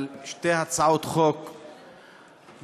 על שתי הצעות חוק גזעניות,